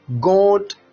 God